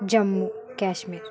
Jammu Kashmir